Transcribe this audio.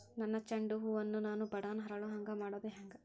ನನ್ನ ಚಂಡ ಹೂ ಅನ್ನ ನಾನು ಬಡಾನ್ ಅರಳು ಹಾಂಗ ಮಾಡೋದು ಹ್ಯಾಂಗ್?